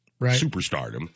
superstardom